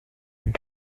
und